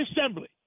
assembly